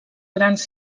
grans